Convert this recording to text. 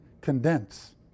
condense